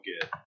get